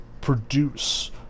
produce